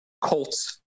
Colts